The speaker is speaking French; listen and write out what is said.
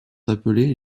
appelés